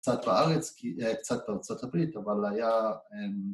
‫קצת בארץ, קצת בארצות הברית, אבל היה...